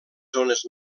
zones